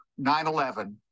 9-11